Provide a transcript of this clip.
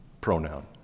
pronoun